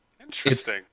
interesting